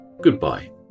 goodbye